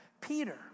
Peter